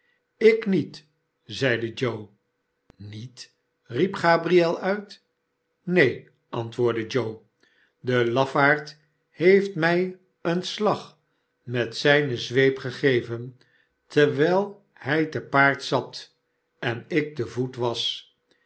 ik niet zeide joe iniet riep gabriel uit neen antwoordde joe de lafaard heeft mij een slag met zijne zweep gegeven terwijl hij te paard zat en ik te voet was